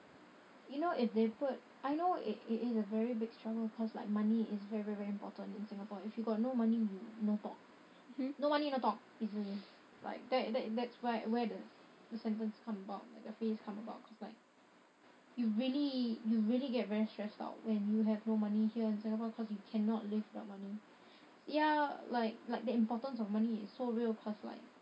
you know if they put I know it it is a very big struggle cause like money is very very very important in singapore if you got no money you no talk no money no talk easily like that that that's why where the the sentence come about like the phrase come about cause like you really you really get very stressed out when you have no money here in singapore cause you cannot live without money ya like like the importance of money is so real cause like